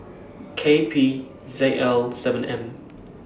K P Z L seven M